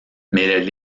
mais